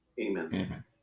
Amen